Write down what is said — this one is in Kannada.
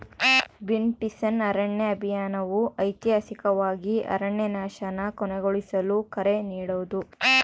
ಗ್ರೀನ್ಪೀಸ್ನ ಅರಣ್ಯ ಅಭಿಯಾನವು ಐತಿಹಾಸಿಕವಾಗಿ ಅರಣ್ಯನಾಶನ ಕೊನೆಗೊಳಿಸಲು ಕರೆ ನೀಡೋದು